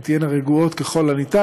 הן תהיינה רגועות ככל האפשר.